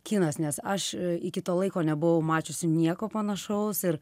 kinas nes aš iki to laiko nebuvau mačiusi nieko panašaus ir